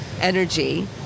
energy